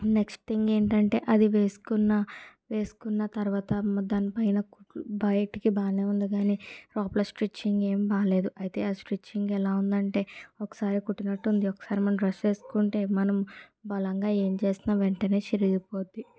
next thing ఏంటంటే అది వేసుకున్న వేసుకున్న తర్వాత దానిపైన కుట్లు బయటికి బానే ఉంది కానీ లోపల స్టిచ్చింగ్ ఏం బాగాలేదు అయితే ఆ స్టిచ్చింగ్ ఎలా ఉందంటే ఒకసారి కుట్టినట్టుంది ఒకసారి మనం డ్రెస్ వేసుకుంటే మనం బలంగా ఏం చేసిన వెంటనే చిరిగిపోద్ది